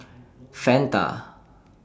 Fanta